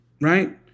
right